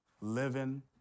living